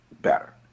better